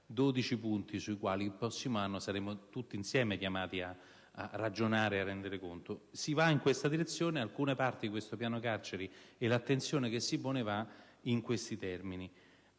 12 punti sui quali il prossimo anno saremo tutti insieme chiamati a ragionare e a rendere conto. Si va in questa direzione: alcune parti del Piano carceri e l'attenzione che si pone sulla materia